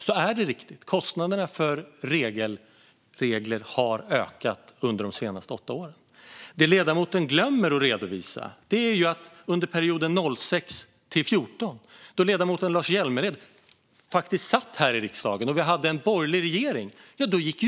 Det är riktigt att kostnaderna för regler har ökat under de senaste åtta åren. Det ledamoten Lars Hjälmered glömmer att redovisa är att utvecklingen gick åt samma håll under perioden 2006-2014, då ledamoten Lars Hjälmered faktiskt satt i riksdagen och vi hade en borgerlig regering.